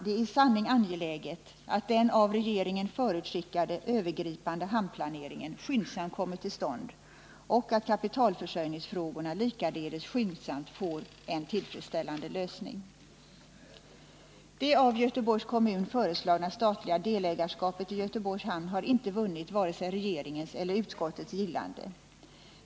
Det är i sanning angeläget att den av regeringen förutskickade övergripande hamnplaneringen skyndsamt kommer till stånd och att kapitalförsörjningsfrågorna likaledes skyndsamt får en tillfredsställande lösning. Det av Göteborgs kommun föreslagna statliga delägarskapet i Göteborgs hamn har inte vunnit vare sig regeringens eller utskottets gillande.